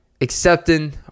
accepting